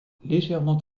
légèrement